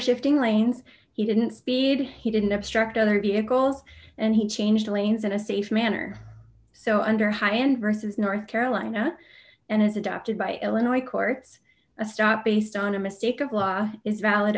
shifting lanes he didn't speed he didn't obstruct other vehicles and he changed lanes in a safe manner so under high end versus north carolina and his adopted by illinois courts a stop based on a mistake of law is valid